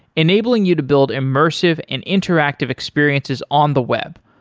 enabling you to build immersive and interactive experiences on the web,